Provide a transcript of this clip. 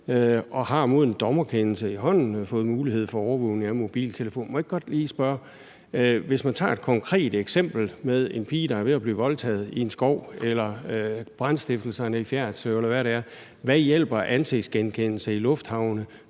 og har med en dommerkendelse i hånden mulighed for overvågning af mobiltelefoner.« Må jeg ikke godt lige spørge: Hvis man tager et konkret eksempel med en pige, der er ved at blive voldtaget i en skov, eller eksemplet med brandstiftelserne i Fjerritslev, eller hvad det nu er, hvad hjælper ansigtsgenkendelse i lufthavne,